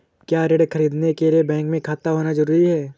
क्या ऋण ख़रीदने के लिए बैंक में खाता होना जरूरी है?